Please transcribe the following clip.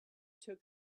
took